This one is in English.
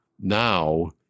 now